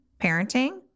parenting